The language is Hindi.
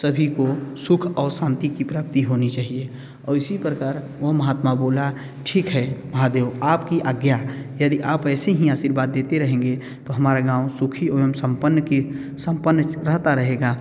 सभी को सुख औ शांति की प्राप्ति होनी चाहिए और इसी प्रकार और महात्मा बोला ठीक है महादेव आपकी आज्ञा यदि आप ऐसे ही आशीर्वाद देते रहेंगे तो हमारा गाँव सुखी एवम सम्पन्न की सम्पन्न रहता रहेगा